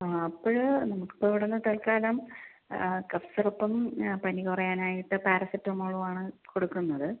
ആ അപ്പോൾ നമുക്കിപ്പോൾ ഇവിടുന്ന് തൽക്കാലം കഫ് സിറപ്പും പനി കുറയാനായിട്ട് പാരസെറ്റാമോളും ആണ് കൊടുക്കുന്നത്